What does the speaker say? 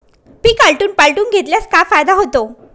पीक आलटून पालटून घेतल्यास काय फायदा होतो?